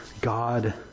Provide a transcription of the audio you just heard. God